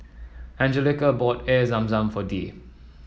Anjelica bought Air Zam Zam for Dee